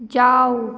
ਜਾਓ